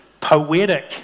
poetic